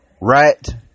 right